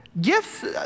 Gifts